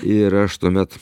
ir aš tuomet